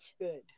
good